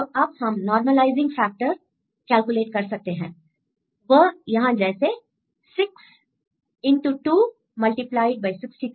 तो अब हम नॉर्मलाइजिंग फैक्टर कैलकुलेट कर सकते हैं I वह यहां जैसे 6 into 2 multiplied by 63 में कितने आई I's हैं